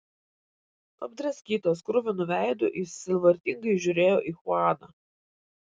apdraskytas kruvinu veidu jis sielvartingai žiūrėjo į chuaną